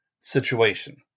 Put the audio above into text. situation